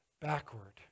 backward